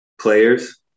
players